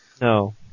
No